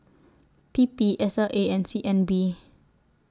P P S L A and C N B